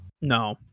No